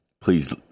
please